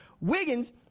Wiggins